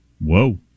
Whoa